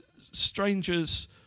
strangers